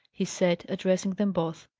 he said, addressing them both.